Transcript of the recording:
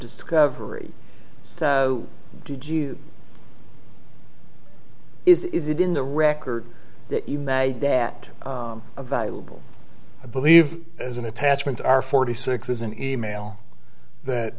discovery so did you is it in the record that you made that a valuable i believe as an attachment are forty six is an e mail